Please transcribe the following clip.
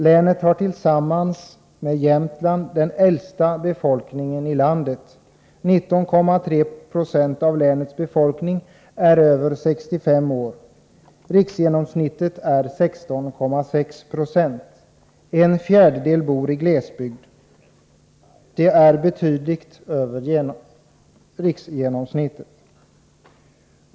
Länet har tillsammans med Jämtland den äldsta befolkningen i landet. 19,3 96 av länets befolkning är över 65 år — riksgenomsnittet är 16,6 96. En fjärdedel bor i glesbygd — det är betydligt över riksgenomsnittet.